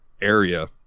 area